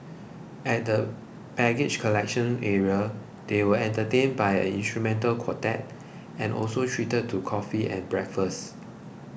at the baggage collection area they were entertained by an instrumental quartet and also treated to coffee and breakfast